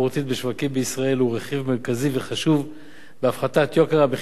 בשווקים בישראל הוא רכיב מרכזי וחשוב בהפחתת יוקר המחיה.